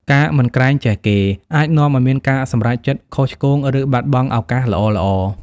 ការមិនក្រែងចេះគេ អាចនាំឲ្យមានការសម្រេចចិត្តខុសឆ្គង ឬបាត់បង់ឱកាសល្អៗ។